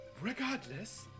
Regardless